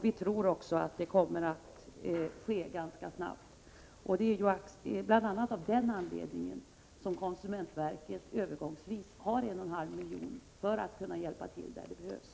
Vi tror att detta kommer att ske ganska snabbt, Det är bl.a. av den anledningen som konsumentverket övergångsvis har fått 1,5 milj.kr. för att kunna hjälpa till där det behövs.